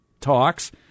talks